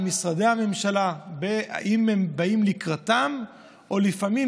האם משרדי הממשלה באים לקראתם או לפעמים